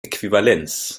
äquivalenz